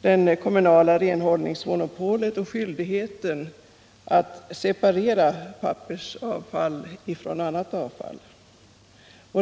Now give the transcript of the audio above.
det kommunala renhållningsmonopolet och skyldigheten att separera pappersavfall från annat avfall.